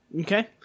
Okay